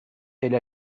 elle